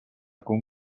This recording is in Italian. con